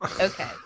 Okay